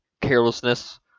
carelessness